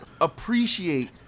appreciate